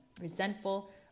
resentful